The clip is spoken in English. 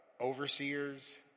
overseers